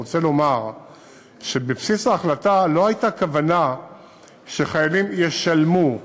אני רוצה לומר שבבסיס ההחלטה לא הייתה כוונה שחיילים ישלמו,